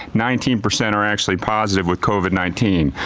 nineteen percent are actually positive with covid nineteen.